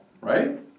right